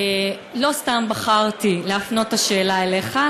לא סתם בחרתי להפנות את השאלה אליך,